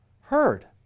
heard